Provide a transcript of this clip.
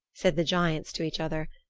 said the giants to each other,